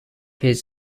his